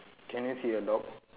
can you see a dog